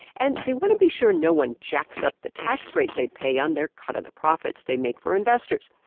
and they want to be sure no one jacks up the tax rate they pay on their cut of the profits they make for investors.